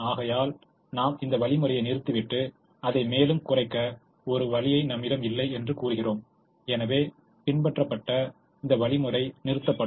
ஆகையால் நாம் இந்த வழிமுறையை நிறுத்திவிட்டு அதை மேலும் குறைக்க ஒரு வழி நம்மிடம் இல்லை என்று கூறுகிறோம் எனவே பின்பற்றப்பட்ட இந்த வழிமுறை நிறுத்தப்படும்